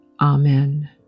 Amen